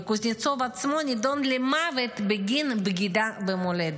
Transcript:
וקוזנצוב עצמו נידון למוות בגין בגידה במולדת.